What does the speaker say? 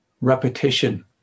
repetition